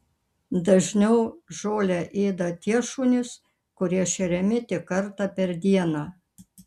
dažniau žolę ėda tie šunys kurie šeriami tik kartą per dieną